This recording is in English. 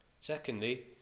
Secondly